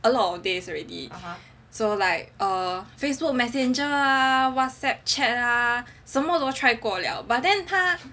a lot of days already so like err Facebook messenger Whatsapp chat ah 什么都 try 过了 but then 他